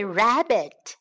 rabbit